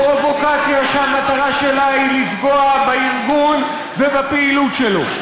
פרובוקציה שהמטרה שלה היא לפגוע בארגון ובפעילות שלו.